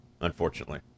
unfortunately